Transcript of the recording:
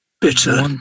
bitter